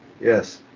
Yes